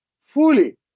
fully